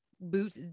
boot